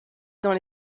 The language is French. dans